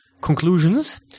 Conclusions